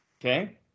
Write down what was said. Okay